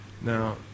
Now